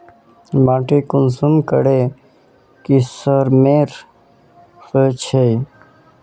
माटी कुंसम करे किस्मेर होचए?